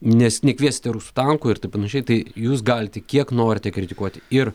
nes nekviesti rusų tankų ir taip panašiai tai jūs galite kiek norite kritikuoti ir